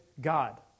God